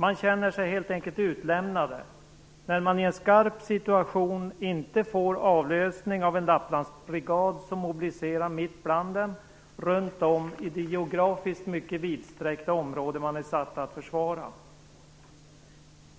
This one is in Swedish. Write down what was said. De känner sig helt utlämnade när de i en skarp situation inte får avlösning av en Lapplandsbrigad som mobiliserar mitt bland dem, runt om i det geografiskt mycket vidsträckta område de är satta att försvara.